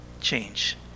change